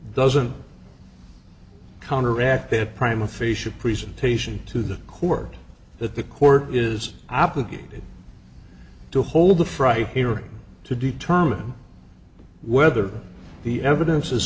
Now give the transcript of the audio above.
doesn't counteract that prime official presentation to the court that the court is obligated to hold the fry hearing to determine whether the evidence is